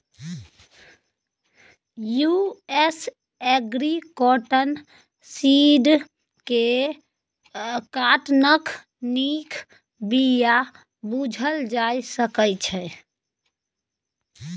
US agri cotton seed केँ काँटनक नीक बीया बुझल जा सकै छै